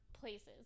places